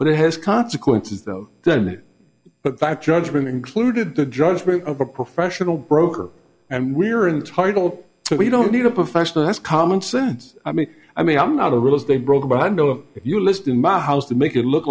but it has consequences though doesn't it but bad judgment included the judgment of a professional broker and we're entitle to we don't need a professional that's common sense i mean i mean i'm not a real as they brought about i know you list in my house to make it look